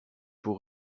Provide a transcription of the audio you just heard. pour